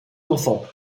enfants